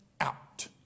out